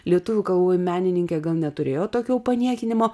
lietuvių kalboj menininkė gal neturėjo tokio paniekinimo